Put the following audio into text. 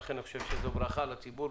אני חושב שזאת ברכה לציבור,